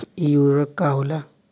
इ उर्वरक का होला?